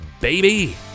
baby